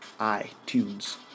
iTunes